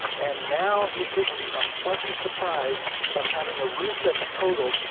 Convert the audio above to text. and now he's getting the unpleasant surprise of having a roof that's totaled,